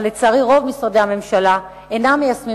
אבל לצערי רוב משרדי הממשלה אינם מיישמים